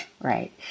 right